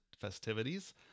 festivities